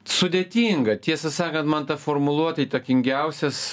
sudėtinga tiesą sakant man ta formuluotė įtakingiausias